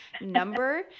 number